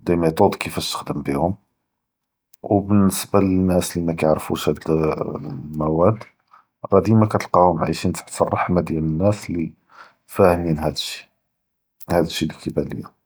די מיטוד כיפאש תח’דם ביהם، ו אלניסבה לאנאס אללי מא כיערפוש האד אלמאואד רא דימא כתלקאהם עאישין תחת אלרחמה דיאל אנאס אללי פאهمין האד אלשי، הא...